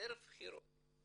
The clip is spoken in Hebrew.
ערב בחירות,